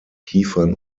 kiefern